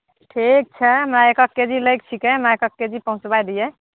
ठीक छै हमरा एकक के जी लैक छिकै हमरा एकक के जी पहुंचबाय दियै